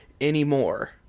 anymore